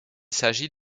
s’agit